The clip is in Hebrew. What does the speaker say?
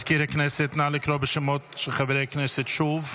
מזכיר הכנסת, נא לקרוא בשמות חברי הכנסת שוב,